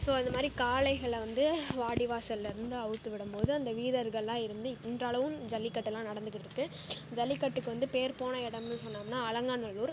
so அந்தமாதிரி காளைகளை வந்து வாடிவாசலிருந்து அவுழ்த்து விடும்போது அந்த வீரர்களாக இருந்து இன்றளவும் ஜல்லிக்கட்டெலாம் நடந்துகிட்டிருக்குது ஜல்லிக்கட்டுக்கு வந்து பேர் போன இடம்னு சொன்னோம்னால் அலங்காநல்லூர்